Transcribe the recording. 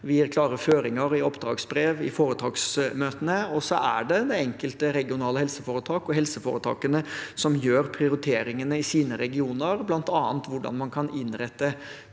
Vi gir klare føringer i oppdragsbrev, i foretaksmøtene, og så er det det enkelte regionale helseforetak og helseforetakene som gjør prioriteringene i sine regioner, bl.a. hvordan man kan innrette